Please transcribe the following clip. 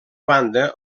banda